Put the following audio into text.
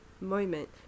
moment